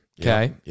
okay